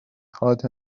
hot